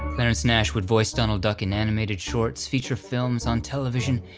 clarence nash would voice donald duck in animated shorts, features films, on television,